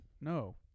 no